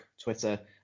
Twitter